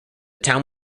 town